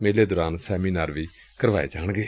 ਮੇਲੇ ਦੌਰਾਨ ਸੈਮੀਨਾਰ ਵੀ ਕਰਵਾਏ ਜਾਣਗੇ